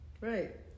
Right